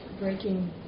breaking